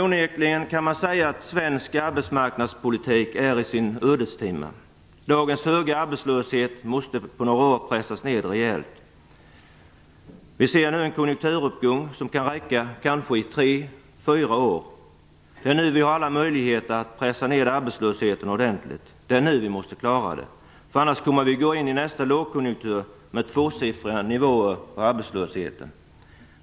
Sveriges arbetsmarknadspolitik kan onekligen sägas vara i sin ödestimma. Dagens höga arbetslöshet måste på några år pressas ned rejält. Vi ser nu en konjunkturuppgång som kan räcka i kanske tre, fyra år. Det är nu vi har möjligheten att pressa ned arbetslösheten ordentligt. Det är nu som vi måste klara detta, för annars kommer vi att gå in i nästa lågkonjunktur med tvåsiffriga nivåer på arbetslösheten.